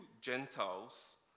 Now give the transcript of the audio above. Gentiles